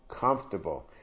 comfortable